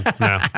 No